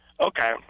Okay